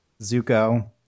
zuko